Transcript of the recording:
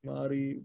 Mari